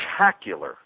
spectacular